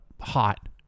hot